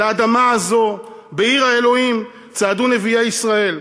על האדמה הזאת, בעיר האלוהים, צעדו נביאי ישראל.